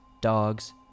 dogs